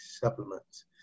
supplements